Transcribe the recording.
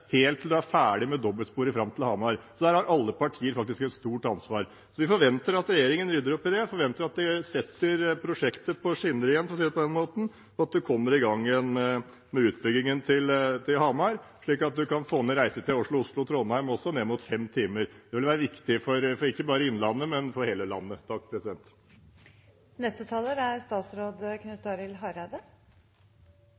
helt til en er ferdig med dobbeltsporet fram til Hamar. Der har alle partier faktisk et stort ansvar. Vi forventer at regjeringen rydder opp i det. Vi forventer at en setter prosjektet på skinner igjen, for å si det på den måten, og at en kommer i gang igjen med utbyggingen til Hamar, slik at en kan få ned reisetiden Oslo–Trondheim også, ned mot fem timer. Det ville være viktig ikke bare for Innlandet, men for hele landet.